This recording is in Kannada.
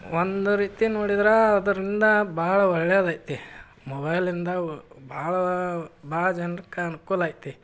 ಒಂದು ರೀತಿ ನೋಡಿದ್ರೆ ಅದರಿಂದ ಭಾಳ ಒಳ್ಳೆಯದೈತಿ ಮೊಬೈಲಿಂದ ಒ ಭಾಳ ಭಾಳ ಜನಕ್ಕೆ ಅನುಕೂಲೈತಿ